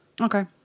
okay